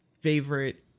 favorite